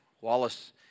Wallace